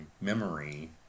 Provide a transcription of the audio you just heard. memory